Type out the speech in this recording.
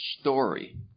story